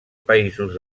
països